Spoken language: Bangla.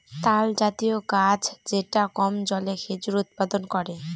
তালজাতীয় গাছ যেটা কম জলে খেজুর উৎপাদন করে